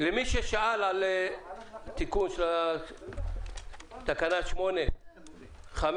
ששאל על התיקון של תקנה 8(ז)